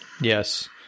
Yes